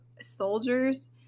soldiers